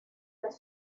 las